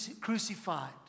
crucified